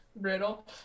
Riddle